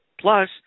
Plus